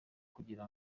kugira